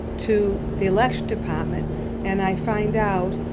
to the election department and i find out,